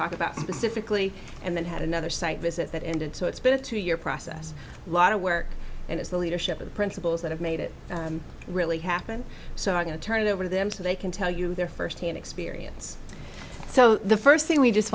talk about specifically and then had another site visit that and and so it's been a two year process lot of work and it's the leadership of the principals that have made it really happen so i'm going to turn it over to them so they can tell you their first hand experience so the first thing we just